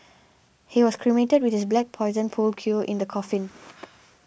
he was cremated with his black Poison pool cue in the coffin